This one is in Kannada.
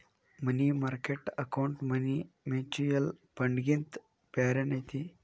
ಮನಿ ಮಾರ್ಕೆಟ್ ಅಕೌಂಟ್ ಮನಿ ಮ್ಯೂಚುಯಲ್ ಫಂಡ್ಗಿಂತ ಬ್ಯಾರೇನ ಐತಿ